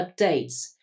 updates